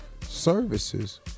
services